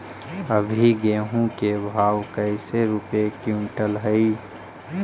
अभी गेहूं के भाव कैसे रूपये क्विंटल हई?